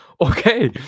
Okay